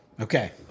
Okay